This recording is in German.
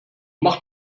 mach